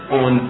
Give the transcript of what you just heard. on